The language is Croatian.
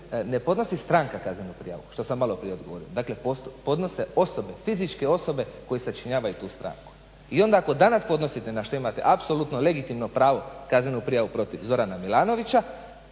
ne podnosi stranka kaznenu prijavu što sam maloprije govorio, dakle podnose osobe, fizičke osobe koje sačinjavaju tu stranku. I onda ako danas podnosite na što imate apsolutno legitimno pravo kaznenu prijavu protiv Zorana Milanovića,